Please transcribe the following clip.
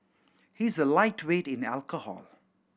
he is a lightweight in alcohol